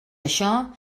això